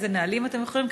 איזה נהלים אתם יכולים,